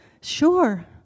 sure